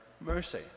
mercy